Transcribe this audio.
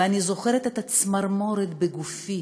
ואני זוכרת את הצמרמורת בגופי